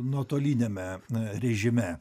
nuotoliniame režime